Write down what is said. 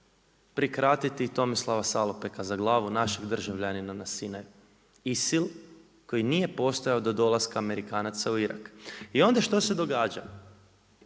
prikratiti Tomislava Salopeka za glavu našeg državljanina na Sinaju. ISIL koji nije postojao do dolaska Amerikanaca u Irak. I onda što se događa?